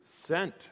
sent